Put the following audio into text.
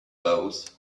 those